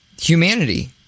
Humanity